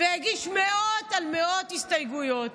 והגיש מאות על מאות הסתייגויות,